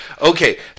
Okay